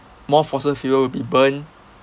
more fossil fuels will be burn